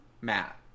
matt